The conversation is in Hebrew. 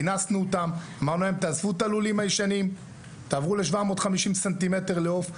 כינסנו אותם ואמרנו להם לעזוב את הלולים הישנים ולעבור ל-750 ס"מ לעוף.